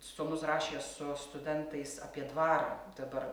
sūnus rašė su studentais apie dvarą dabar